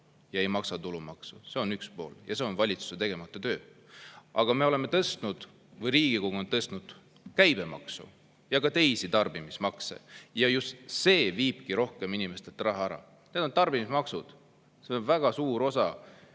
nad ei maksa tulumaksu, on üks pool. Ja see on valitsuse tegemata töö. Aga Riigikogu on tõstnud käibemaksu ja ka teisi tarbimismakse ja just see viibki inimestelt rohkem raha ära. Need on tarbimismaksud. See on väga suur osa.